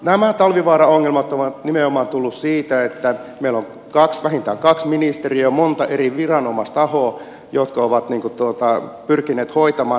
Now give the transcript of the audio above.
nämä talvivaara ongelmat ovat nimenomaan tulleet siitä että meillä on vähintään kaksi ministeriötä monta eri viranomaistahoa jotka ovat pyrkineet hoitamaan